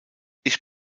ich